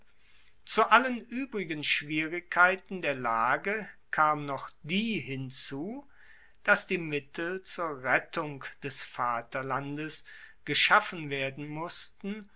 zu allen uebrigen schwierigkeiten der lage kam noch die hinzu dass die mittel zur rettung des vaterlandes geschaffen werden mussten